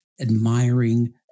admiring